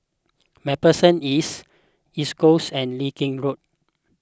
MacPherson East East Coast and Leng Kee Road